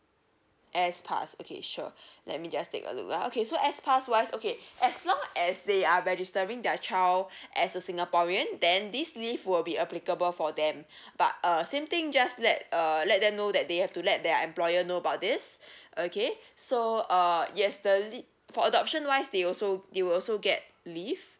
S pass okay sure let me just take a look ah okay so S pass wise okay as long as they are registering their child as a singaporean then this leave will be applicable for them but uh same thing just let err let them know that they have to let their employer know about this okay so err yes the lea~ for adoption wise they also they will also get leave